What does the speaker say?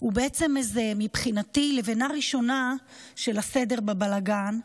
הוא מבחינתי לבנה ראשונה של הסדר בבלגן,